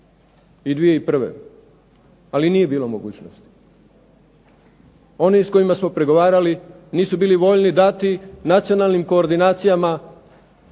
i 2002. i 2001., ali nije bilo mogućnosti. Oni s kojima smo pregovarali nisu bili voljni dati nacionalnim koordinacijama